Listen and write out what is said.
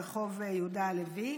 ברחוב יהודה הלוי.